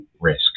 risk